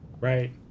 Right